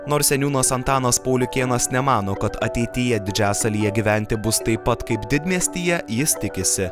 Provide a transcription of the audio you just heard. nors seniūnas antanas pauliukėnas nemano kad ateityje didžiasalyje gyventi bus taip pat kaip didmiestyje jis tikisi